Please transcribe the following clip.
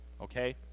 Okay